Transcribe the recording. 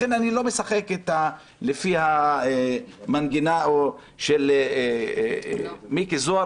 לכן אני לא משחק לפי המנגינה של מיקי זוהר